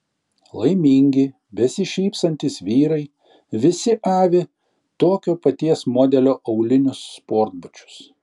laimingi besišypsantys vyrai visi avi tokio paties modelio aulinius sportbačius